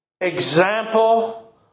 example